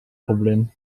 problem